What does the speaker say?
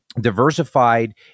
diversified